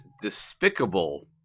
despicable